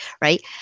right